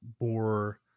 more